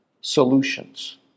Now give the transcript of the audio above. solutions